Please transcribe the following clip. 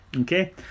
Okay